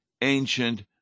ancient